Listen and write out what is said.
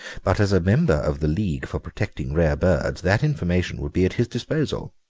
but as a member of the league for protecting rare birds that information would be at his disposal.